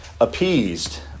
appeased